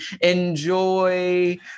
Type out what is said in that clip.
Enjoy